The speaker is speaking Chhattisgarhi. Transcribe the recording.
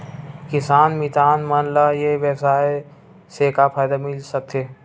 किसान मितान मन ला ई व्यवसाय से का फ़ायदा मिल सकथे?